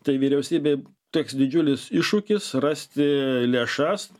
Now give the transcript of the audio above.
tai vyriausybei teks didžiulis iššūkis rasti lėšas